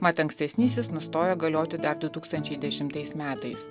mat ankstesnysis nustojo galioti dar du tūkstančiai dešimtais metais